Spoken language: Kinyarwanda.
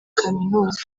kaminuza